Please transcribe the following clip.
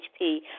HP